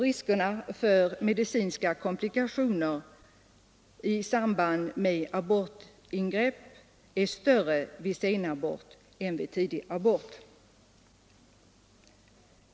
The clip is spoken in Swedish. Riskerna för medicinska komplikationer i samband med abortingrepp är större vid senabort än vid tidigabort.